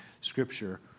Scripture